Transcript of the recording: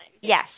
Yes